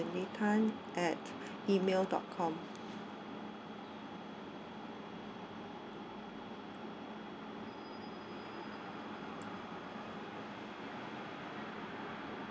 cindy tan at email dot com